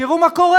תראו מה קורה.